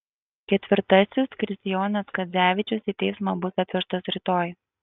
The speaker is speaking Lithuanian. ketvirtasis kristijonas chadzevičius į teismą bus atvežtas rytoj